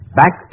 back